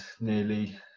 nearly